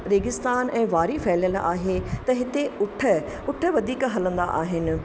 रेगिस्तान ऐं वारी फैलियलु आहे त हिते ऊठ ऊठ वधीक हलंदा आहिनि